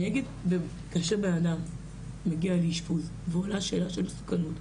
כאשר בן-אדם מגיע לאשפוז ועולה שאלה של מסוכנות,